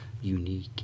unique